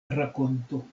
rakonto